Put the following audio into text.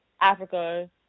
Africa